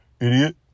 idiot